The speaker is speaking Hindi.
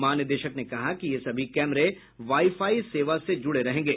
महानिदेशक ने कहा कि ये सभी कैमरे वाईफाई सेवा से जुड़े रहेंगे